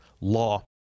Law